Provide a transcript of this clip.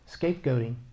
scapegoating